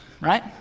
right